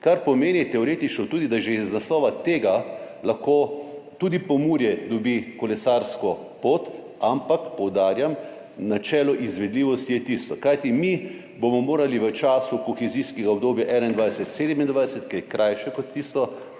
Kar pomeni teoretično tudi, da že iz naslova tega lahko tudi Pomurje dobi kolesarsko pot, ampak poudarjam, načelo izvedljivosti je tisto. Kajti mi bomo morali v času kohezijskega obdobja 2021–2027, ki je krajše kot tisto,